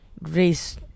race